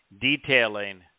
detailing